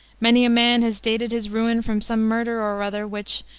many a man has dated his ruin from some murder or other which,